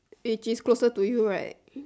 it is closer to you right